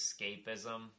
escapism